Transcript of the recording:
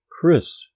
Chris